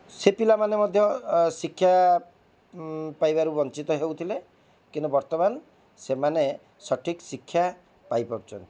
ସେ ପିଲାମାନେ ମଧ୍ୟ ଶିକ୍ଷା ପାଇବାରୁ ବଞ୍ଚିତ ହେଉଥିଲେ କିନ୍ତୁ ବର୍ତ୍ତମାନ ସେମାନେ ସଠିକ୍ ଶିକ୍ଷା ପାଇପାରୁଛନ୍ତି